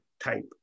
Type